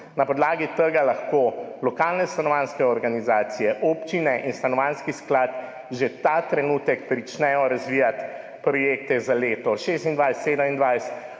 Na podlagi tega lahko lokalne stanovanjske organizacije, občine in Stanovanjski sklad že ta trenutek pričnejo razvijati projekte za leto 2026,